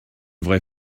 vraie